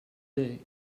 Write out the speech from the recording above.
day